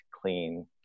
clean